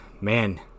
man